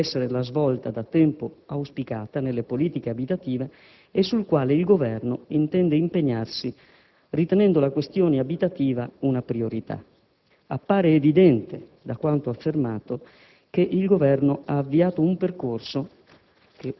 che può essere la svolta da tempo auspicata nelle politiche abitative e sul quale il Governo intende impegnarsi ritenendo la questione abitativa una priorità. Appare evidente, da quanto affermato, che il Governo ha avviato un percorso